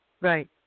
right